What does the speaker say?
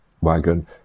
wagon